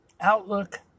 outlook